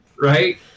right